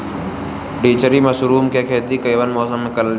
ढीघरी मशरूम के खेती कवने मौसम में करल जा?